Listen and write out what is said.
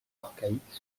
archaïque